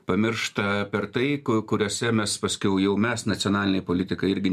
pamiršta per tai ku kuriuose mes paskiau jau mes nacionaliniai politikai irgi